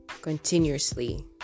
continuously